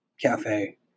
cafe